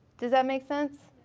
does that make sense?